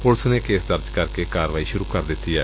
police ਨੇ case ਦਰਜ ਕਰਕੇ ਕਾਰਵਾਈ ਸੁਰੁ ਕਰ ਦਿੱਤੀ ਏ